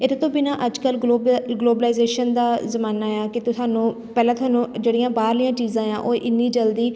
ਇਹਦੇ ਤੋਂ ਬਿਨਾਂ ਅੱਜ ਕੱਲ੍ਹ ਗਲੋਬ ਗਲੋਬਲਾਈਜੇਸ਼ਨ ਦਾ ਜ਼ਮਾਨਾ ਹੈ ਕਿ ਤੁਹਾਨੂੰ ਪਹਿਲਾਂ ਤੁਹਾਨੂੰ ਜਿਹੜੀਆਂ ਬਾਹਰਲੀਆਂ ਚੀਜ਼ਾਂ ਹੈ ਉਹ ਇੰਨੀ ਜਲਦੀ